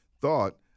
thought